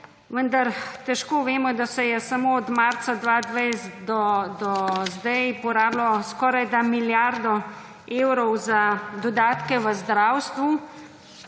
Vendar težko, vemo, da se je samo od marca 2020 do zdaj porabilo skorajda milijardo evrov za dodatke v zdravstvu.